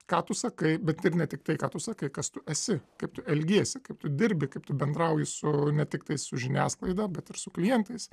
ką tu sakai bet ir ne tik tai ką tu sakai kas tu esi kaip tu elgiesi kaip tu dirbi kaip tu bendrauji su ne tiktai su žiniasklaida bet ir su klientais